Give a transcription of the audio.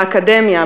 באקדמיה,